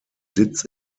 sitz